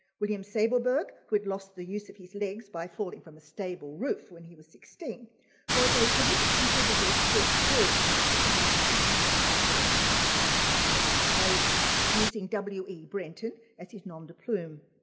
william sableburg who had lost the use of his legs by falling from a stable roof when he was sixteen was a prolific contributor of short stories etc to magazines such as the bulletin and the australasian using w e. brenton as his nom de plume.